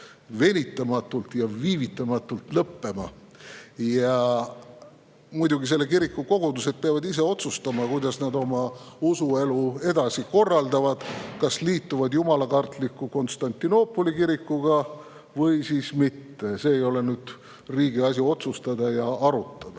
venitamata ja viivitamatult lõppema. Ja muidugi, selle kiriku kogudused peavad ise otsustama, kuidas nad oma usuelu edasi korraldavad, kas liituvad jumalakartliku Konstantinoopoli kirikuga või mitte. See ei ole riigi asi otsustada ja arutada.